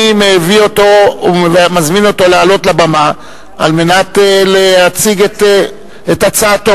אני מזמין אותו לעלות לבמה על מנת להציג את הצעתו.